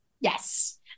Yes